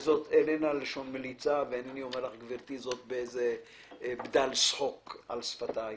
וזאת איננה לשון מליצה ואינני אומר לך את זה עם בדל צחוק על שפתיי,